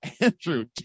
Andrew